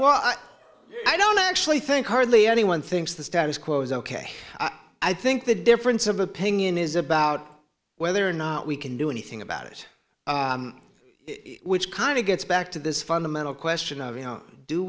well i don't actually think hardly anyone thinks the status quo is ok i think the difference of opinion is about whether or not we can do anything about it which kind of gets back to this fundamental question of you know do